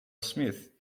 smith